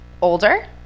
older